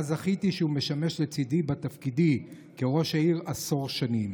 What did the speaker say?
שבהן זכיתי שהוא שימש לצידי בתפקידי כראש העיר עשר שנים.